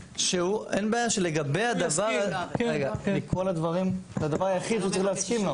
מכל הדברים זה הדבר היחיד שהוא צריך להסכים לו?